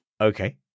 Okay